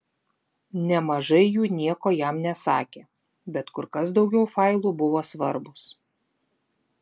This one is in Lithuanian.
nemažai jų nieko jam nesakė bet kur kas daugiau failų buvo svarbūs